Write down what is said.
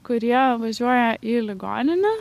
kurie važiuoja į ligoninę